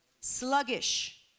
Sluggish